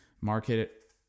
market